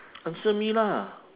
answer me lah